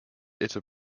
eta